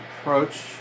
approach